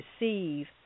receive